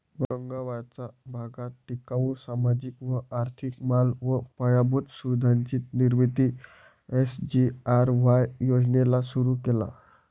गगावाचा भागात टिकाऊ, सामाजिक व आर्थिक माल व पायाभूत सुविधांची निर्मिती एस.जी.आर.वाय योजनेला सुरु केला